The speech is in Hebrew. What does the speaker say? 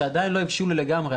שעדיין לא הבשילו לגמרי,